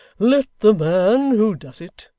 let the man who does it,